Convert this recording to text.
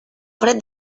fred